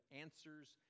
answers